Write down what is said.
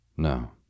No